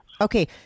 okay